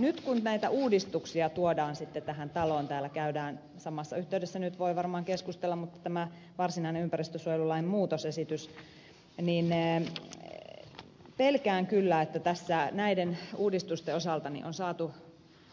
nyt kun näitä uudistuksia tuodaan tähän taloon täällä käydään samassa yhteydessä nyt voi varmaan keskustella mutta tämä varsinainen ympäristönsuojelulain muutosesitys niin pelkään kyllä että tässä näiden uudistusten osalta on saatu